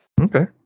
Okay